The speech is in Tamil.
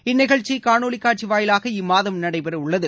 இந்நிகழ்ச்சிகாணொலிகாட்சிவாயிவாக இம்மாதம் நடைபெறவுள்ளது